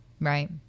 Right